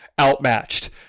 outmatched